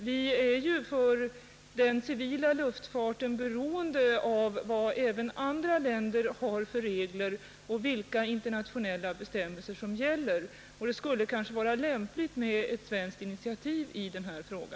Vi är ju för den civila luftfarten beroende av de regler andra länder har och de internationella bestämmelser som gäller, och det skulle därför kanske vara lämpligt med ett svenskt initiativ i denna fråga.